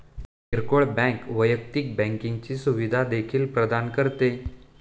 किरकोळ बँक वैयक्तिक बँकिंगची सुविधा देखील प्रदान करते